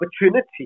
opportunity